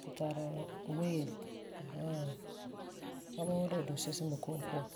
Tu tari weele. Ɛɛn hɛɛn. Bama woo de la dunsi'a n boi Ko'om puan.